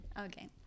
okay